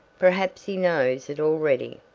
perhaps he knows it already,